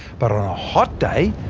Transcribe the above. but on a hot day,